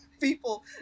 people